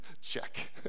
Check